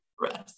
rest